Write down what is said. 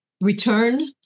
return